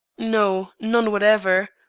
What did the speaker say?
no none whatever.